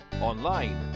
online